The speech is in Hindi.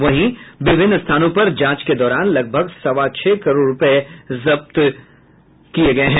वहीं विभिन्न स्थानों पर जांच के दौरान लगभग सवा छह करोड़ रूपये जब्त किये गये हैं